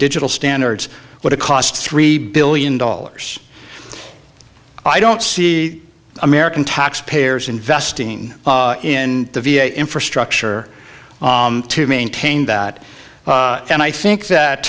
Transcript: digital standards what it cost three billion dollars i don't see american taxpayers investing in the v a infrastructure to maintain that and i think that